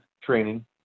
training